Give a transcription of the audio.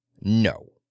No